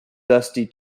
dusty